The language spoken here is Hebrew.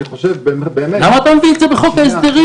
אני חושב באמת --- למה אתה מביא את זה בחוק ההסדרים?